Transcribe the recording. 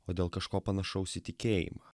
o dėl kažko panašaus į tikėjimą